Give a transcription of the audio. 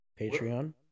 Patreon